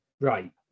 right